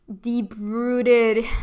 deep-rooted